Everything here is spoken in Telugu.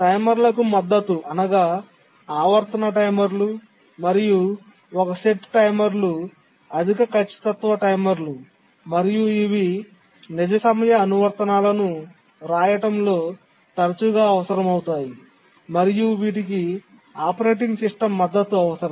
టైమర్లకు మద్దతు అనగా ఆవర్తన టైమర్లు మరియు ఒక సెట్ టైమర్లు అధిక ఖచ్చితత్వ టైమర్లు మరియు ఇవి నిజ సమయ అనువర్తనాలను వ్రాయడంలో తరచుగా అవసరమవుతాయి మరియు వీటికి ఆపరేటింగ్ సిస్టమ్ మద్దతు అవసరం